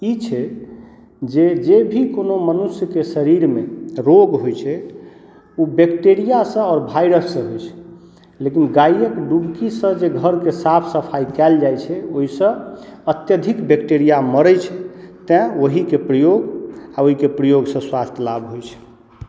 ई छै जे जे भी कोनो मनुष्यके शरीरमे रोग होइ छै ओ बेक्टेरियासँ आओर वायरससँ लेकिन गायक डुबकीसँ जे घरके साफ सफाइ कयल जाइ छै ओइसँ अत्यधिक बेक्टेरिया मरै छै तैं ओहिके प्रयोग आओर ओइके प्रयोगसँ स्वास्थ लाभ होइ छै